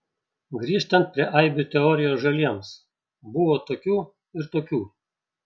grįžtant prie aibių teorijos žaliems buvo tokių ir tokių